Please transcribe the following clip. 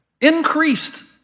increased